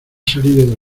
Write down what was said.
salido